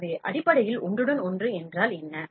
எனவே அடிப்படையில் ஒன்றுடன் ஒன்று என்றல் என்ன